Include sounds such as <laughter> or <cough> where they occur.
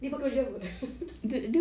dia pakai baju apa <laughs>